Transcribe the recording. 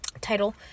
Title